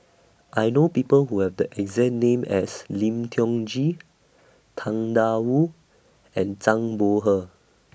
I know People Who Have The exact name as Lim Tiong Ghee Tang DA Wu and Zhang Bohe